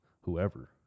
whoever